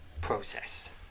process